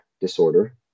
disorder